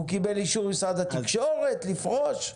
הוא קיבל אישור ממשרד התקשורת לפרוש?